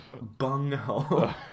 Bunghole